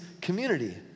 community